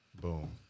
Boom